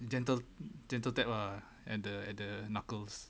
the gentle gentle tap lah at the knuckles